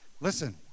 Listen